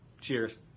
Cheers